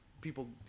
People